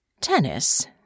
Tennis